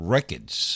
Records